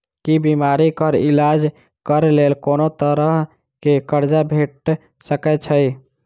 की बीमारी कऽ इलाज कऽ लेल कोनो तरह कऽ कर्जा भेट सकय छई?